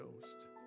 Ghost